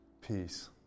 peace